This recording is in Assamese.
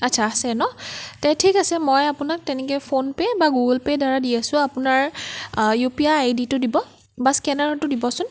আচ্ছা আছে ন তে ঠিক আছে মই আপোনাক তেনেকৈ ফোন পে' বা গুগুল পে'ৰদ্বাৰা দি আছো আপোনাৰ ইউ পি আই আই ডিটো দিব বা স্কেনাৰটো দিবচোন